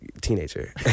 teenager